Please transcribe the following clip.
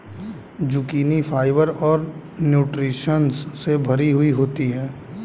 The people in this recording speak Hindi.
जुकिनी फाइबर और न्यूट्रिशंस से भरी हुई होती है